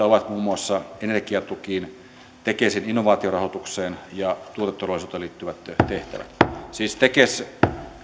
ovat muun muassa energiatukiin tekesin innovaatiorahoitukseen ja tuoteturvallisuuteen liittyvät tehtävät siis tekes